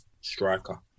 striker